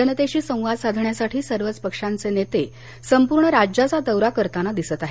जनतेशी संवाद साधण्यासाठी सर्वच पक्षांचे नेते संपूर्ण राज्याचा दौरा करताना दिसत आहेत